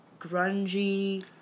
grungy